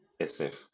SF